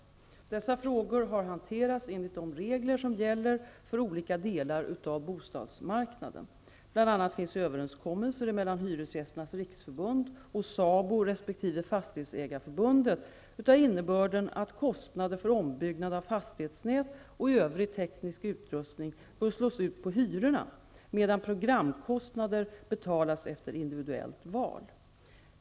Dessa frågor har hanterats enligt de regler som gäller för olika delar av bostadsmarknaden. Bl.a. finns överenskommelser mellan Hyresgästernas riksförbund och SABO resp. Fastighetsägareförbundet av innebörden att kostnader för ombyggnad av fastighetsnät och övrig teknisk utrustning bör slås ut på hyrorna medan programkostnader betalas efter individuellt val.